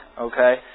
okay